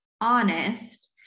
honest